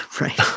Right